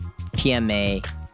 PMA